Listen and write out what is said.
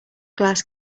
glass